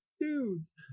dudes